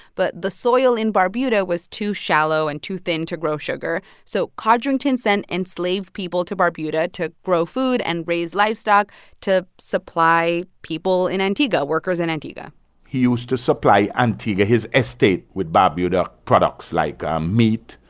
but the soil in barbuda was too shallow and too thin to grow sugar. so codrington sent enslaved people to barbuda to grow food and raise livestock to supply people in antigua workers in antigua he used to supply antigua, his estate, with barbuda products, like um meat,